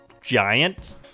giant